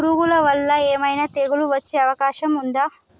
పురుగుల వల్ల ఏమైనా తెగులు వచ్చే అవకాశం ఉందా?